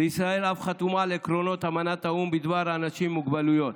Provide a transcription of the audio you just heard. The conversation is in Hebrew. וישראל אף חתומה על עקרונות אמנת האו"ם בדבר אנשים עם מוגבלויות.